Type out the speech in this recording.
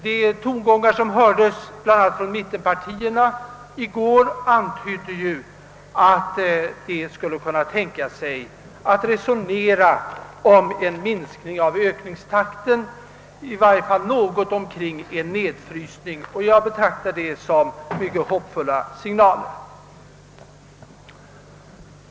De tongångar som hördes från mittenpartierna i går tydde på att dessa kan tänka sig att resonera om en minskning av ökningstakten eller om en nedfrysning av försvarskostnaderna. Jag betraktar det som mycket hoppingivande signaler.